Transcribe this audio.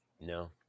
no